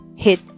hit